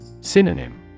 Synonym